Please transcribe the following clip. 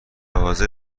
حاضر